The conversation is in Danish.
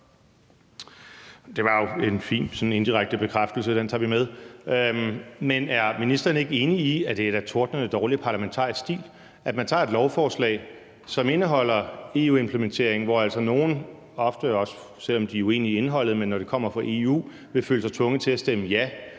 Det var jo en fin indirekte bekræftelse, den tager vi med. Men er ministeren ikke enig i, at det da er tordnende dårlig parlamentarisk stil, at man tager et lovforslag, som indeholder EU-implementering, hvor nogle altså, selv om de er uenige i indholdet, vil, når det kommer fra EU, føle sig tvunget til at stemme ja?